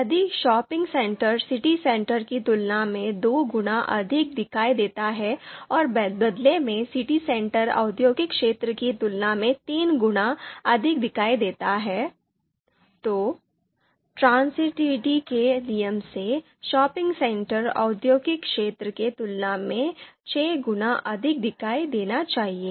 यदि shopping centre city centre की तुलना में दो गुना अधिक दिखाई देता है और बदले में सिटी सेंटर औद्योगिक क्षेत्र की तुलना में तीन गुना अधिक दिखाई देता है तो ट्रांज़िटिविटी के नियम से शॉपिंग सेंटर औद्योगिक क्षेत्र की तुलना में छह गुना अधिक दिखाई देना चाहिए